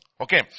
Okay